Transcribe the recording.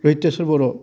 हैथियासर बर'